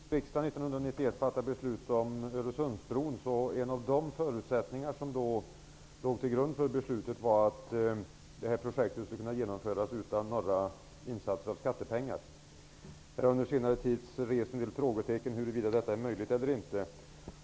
Herr talman! När riksdagen 1991 fattade beslut om Öresundsbron var en av de förutsättningar som låg till grund för beslutet att projektet skulle kunna genomföras utan några insatser av skattepengar. Under senare tid har det rests en del frågetecken om huruvida detta är möjligt.